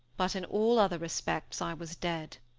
but in all other respects i was dead.